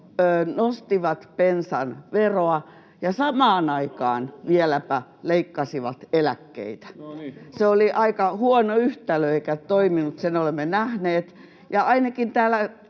nostivat bensan veroa ja samaan aikaan vieläpä leikkasivat eläkkeitä. [Eduskunnasta: No niin!] Se oli aika huono yhtälö eikä toiminut, sen olemme nähneet,